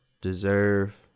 Deserve